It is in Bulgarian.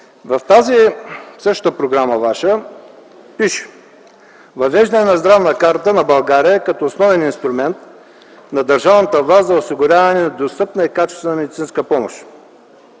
тази ваша програма пише: „Въвеждане на здравна карта на България като основен инструмент на държавната власт за осигуряване на достъпна и качествена медицинска помощ”.